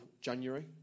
January